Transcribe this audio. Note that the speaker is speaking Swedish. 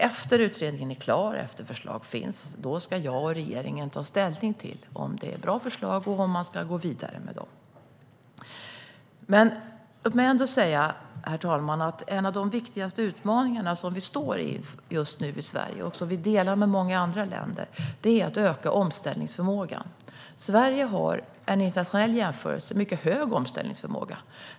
Efter att utredningen är klar och förslag finns ska jag och regeringen ta ställning till om det är bra förslag och om vi ska gå vidare med dem. Låt mig ändå säga, herr talman, att en av de viktigaste utmaningarna vi står inför i Sverige just nu - och som vi delar med många andra länder - är att öka omställningsförmågan. Sverige har i en internationell jämförelse en mycket stor omställningsförmåga.